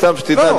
סתם שתדע,